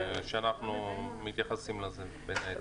ואנחנו מתייחסים לזה בין היתר.